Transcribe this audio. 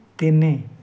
ତିନି